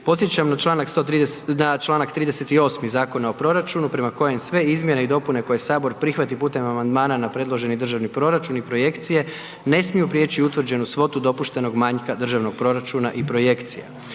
Podsjećam na čl. 38. Zakona o proračunu prema kojem sve izmjene i dopune koje Sabor prihvati putem amandmana na predloženi državni proračun i projekcije ne smiju prijeći utvrđenu svotu dopuštenog manjka državnog proračuna i projekcija.